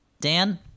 Dan